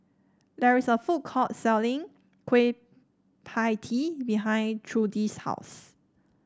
there is a food court selling Kueh Pie Tee behind Trudie's house